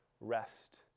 rest